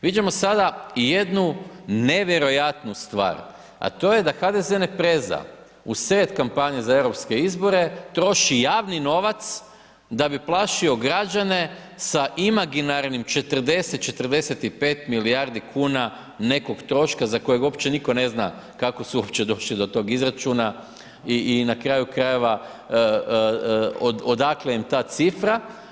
Viđamo sada jednu nevjerojatnu stvar, a to je da HDZ ne preže u sred kampanje za EU izbore, troši javni novac da bi plašio građane sa imaginarnim 40, 45 milijardi kuna nekog troška za kojeg uopće nitko ne zna kako su uopće došli do tog izračuna i na kraju krajeva, odakle im ta cifra.